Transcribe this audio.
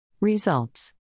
Results